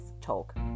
talk